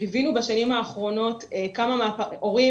ליווינו בשנים האחרונות כמה מההורים